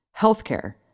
Healthcare